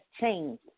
changed